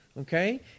okay